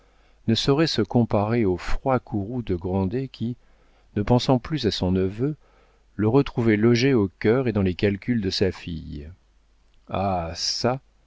ne sauraient se comparer au froid courroux de grandet qui ne pensant plus à son neveu le retrouvait logé au cœur et dans les calculs de sa fille ah çà